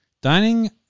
dining